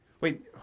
Wait